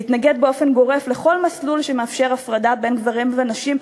להתנגד באופן גורף לכל מסלול שמאפשר הפרדה בין גברים לנשים,